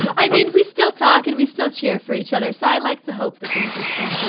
i mean, we still talk and we still cheer for each other. so i like to hope that things are still